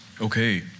Okay